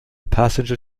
passenger